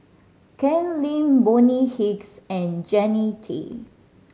Ken Lim Bonny Hicks and Jannie Tay